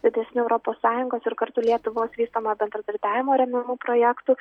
didesnių europos sąjungos ir kartu lietuvos vystomojo bendradarbiavimo remiamų projektų